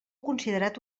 considerat